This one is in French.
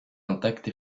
intacte